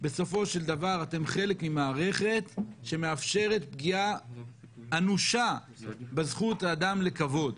בסופו של דבר אתם חלק ממערכת שמאפשרת פגיעה אנושה בזכות האדם לכבוד,